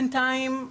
בינתיים,